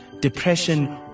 depression